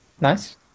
nice